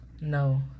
No